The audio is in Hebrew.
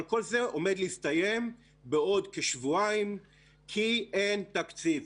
אבל כל זה עומד להסתיים בעוד כשבועיים כי אין תקציב.